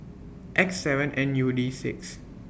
X seven N U D six